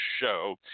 show